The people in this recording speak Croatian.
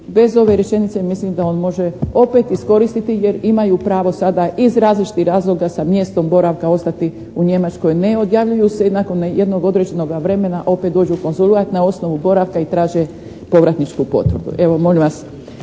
bez ove rečenice mislim da on može opet iskoristiti jer imaju pravo sada iz različitih razloga sa mjestom boravka ostati u Njemačkoj ne odjavljuju se i nakon jednog određenoga vremena opet dođu u konzulat na osnovu boravka i traže povratničku potvrdu. Evo molim vas